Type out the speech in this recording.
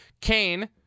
Kane